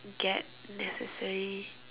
get necessary